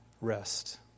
rest